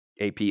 AP